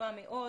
וחשובה מאוד.